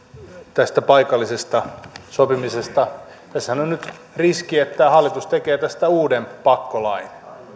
tästä paikallisesta sopimisesta tässähän on nyt riski että hallitus tekee tästä uuden pakkolain